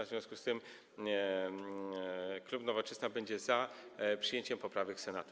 W związku z tym klub Nowoczesna będzie za przyjęciem poprawek Senatu.